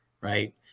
right